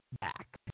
back